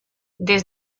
des